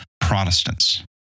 Protestants